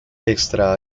extra